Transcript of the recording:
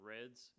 Reds